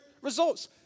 results